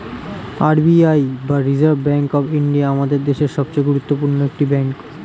R B I বা Reserve Bank of India আমাদের দেশের সবচেয়ে গুরুত্বপূর্ণ একটি ব্যাঙ্ক